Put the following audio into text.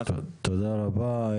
תודה רבה.